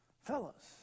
fellas